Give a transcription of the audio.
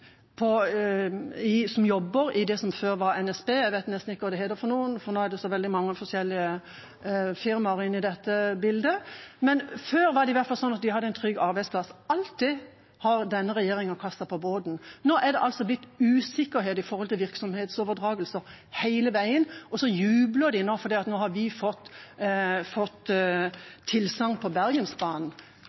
som jobber i det som før var NSB – jeg vet nesten ikke hva det heter, for nå er det så veldig mange forskjellig firmaer inne i bildet. Før var det i hvert fall sånn at de hadde en trygg arbeidsplass. Alt det har denne regjeringa kastet på båten. Nå er det hele veien blitt usikkerhet om virksomhetsoverdragelser, og så jubler de fordi Vy nå har fått tilsagn på Bergensbanen.